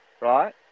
right